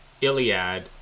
Iliad